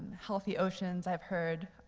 healthy oceans, i've heard,